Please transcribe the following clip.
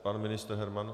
Pan ministr Herman.